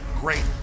great